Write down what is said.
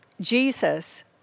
Jesus